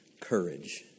Courage